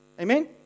Amen